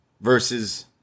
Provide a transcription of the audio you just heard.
versus